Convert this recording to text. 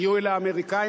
היו אלה האמריקנים.